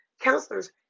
counselors